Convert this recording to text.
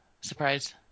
surprise